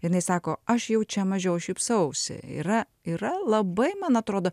jinai sako aš jau čia mažiau šypsausi yra yra labai man atrodo